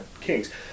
kings